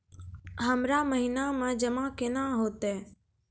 हमरा महिना मे जमा केना हेतै?